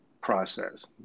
process